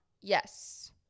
Yes